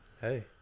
hey